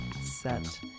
set